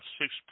six